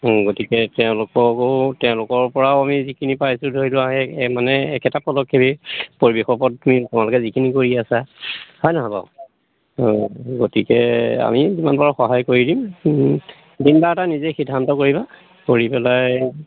গতিকে তেওঁলোককো তেওঁলোকৰ পৰাও আমি যিখিনি পাইছোঁ ধৰি লোৱা সেই মানে একেটা পদক্ষেপেই পৰিৱেশৰ ওপৰত তুমি তোমালোকে যিখিনি কৰি আছা হয় নহয় বাৰু গতিকে আমি যিমান পাৰো সহায় কৰি দিম দিন বাৰ এটা নিজে সিদ্ধান্ত কৰিবা কৰি পেলাই